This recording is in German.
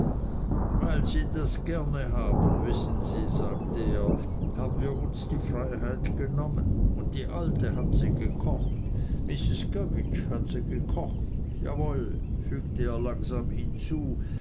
weil sie das gerne haben wissen sie sagte er haben wir uns die freiheit genommen und die alte hat se gekocht mrs gummidge hat se gekocht jawoll fügte er langsam hinzu